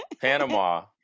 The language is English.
Panama